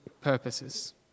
purposes